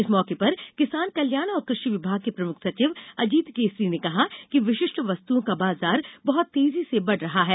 इस मौके पर किसान कल्याण और कृषि विभाग के प्रमुख सचिव अजीत केसरी ने कहा कि विशिष्ट वस्तुओं का बाजार बहत तेजी से बढ़ रहा है